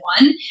one